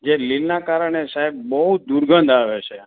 જે લીલના કારણે સાહેબ બહુ જ દુર્ગંધ આવે છે